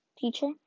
teacher